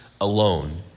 alone